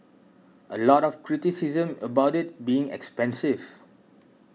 a lot of criticism about it being expensive